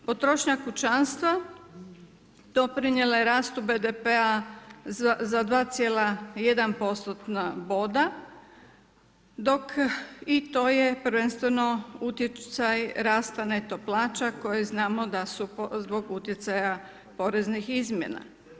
Potrošnja kućanstva doprinijela je rastu BDP-a za 2,1 postotna boda i to je prvenstveno utjecaj rasta neto plaća koje znamo da su zbog utjecaja poreznih izmjena.